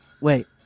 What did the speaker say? Wait